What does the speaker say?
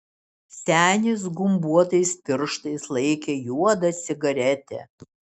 senis gumbuotais pirštais laikė juodą cigaretę